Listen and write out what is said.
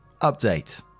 update